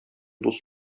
дус